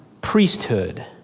priesthood